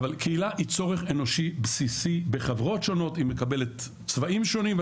אבל קהילה היא צורך אנושי בסיסי בחברות שונות היא מקבלת צבעים שונים,